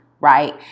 Right